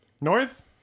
North